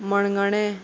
मणगणें